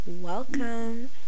welcome